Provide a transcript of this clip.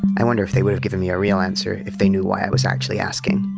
i wonder if they would've given me a real answer if they knew why i was actually asking.